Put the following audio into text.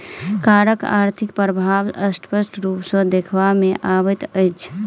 करक आर्थिक प्रभाव स्पष्ट रूप सॅ देखबा मे अबैत अछि